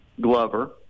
Glover